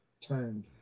turned